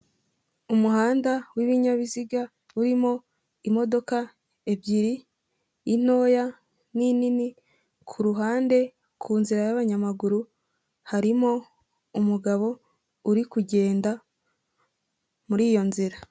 Umuhanda w'ibinyabiziga urimo imodoka ebyiri intoya n'inini, ku ruhande ku nzira y'abanyamaguru harimo umugabo uri kugenda muri iyo nzira.